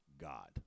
God